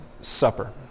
Supper